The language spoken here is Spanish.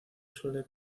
suele